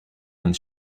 and